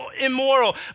immoral